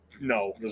no